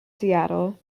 seattle